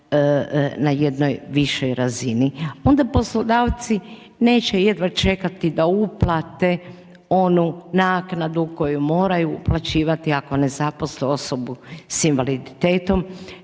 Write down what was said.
na jednoj višoj razini. Onda poslodavci neće jedna čekati da uplate onu naknadu koju moraju uplaćivati ako ne zaposle osobu s invaliditetom